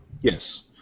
Yes